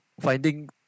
finding